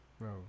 Bro